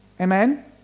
Amen